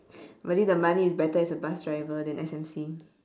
really the money is better as a bus driver than S_M_C